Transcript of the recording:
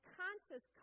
conscious